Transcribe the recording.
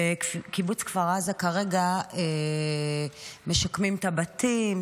בקיבוץ כפר עזה כרגע משקמים את הבתים,